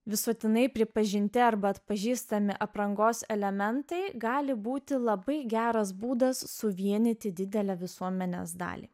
visuotinai pripažinti arba atpažįstami aprangos elementai gali būti labai geras būdas suvienyti didelę visuomenės dalį